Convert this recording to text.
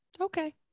Okay